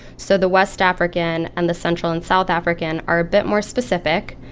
so the west african and the central and south african are a bit more specific.